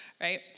right